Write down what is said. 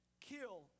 kill